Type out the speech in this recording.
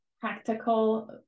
practical